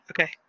Okay